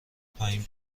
پایین